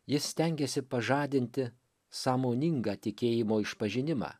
jis stengiasi pažadinti sąmoningą tikėjimo išpažinimą